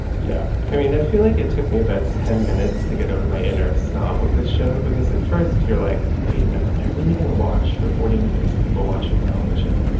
yeah. i mean, i feel like it took me about ten minutes to get over my inner snob with this show, because at first you're like, wait a minute. i really going to watch for forty minutes people watching television.